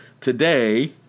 today